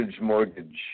mortgage